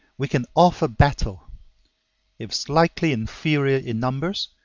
we can offer battle if slightly inferior in numbers,